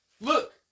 look